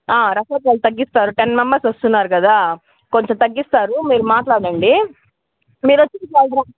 resort వాళ్ళు తగ్గిస్తారు ten members వస్తున్నారు కదా కొంచెం తగ్గిస్తారు మీరు మాట్లాడండి మీరు వచ్చి